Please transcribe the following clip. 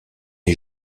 est